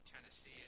Tennessee